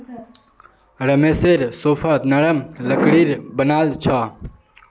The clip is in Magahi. रमेशेर सोफा नरम लकड़ीर बनाल छ